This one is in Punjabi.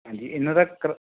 ਹਾਂਜੀ ਇਹਨਾਂ ਦਾ ਕਰਾਰ